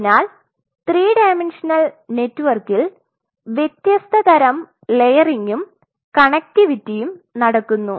അതിനാൽ 3 ഡയമെന്ഷനൽ നെറ്റ്വർക്കിൽ വ്യത്യസ്ത തരം ലേയറിംഗും കണക്റ്റിവിറ്റിയും നടക്കുന്നു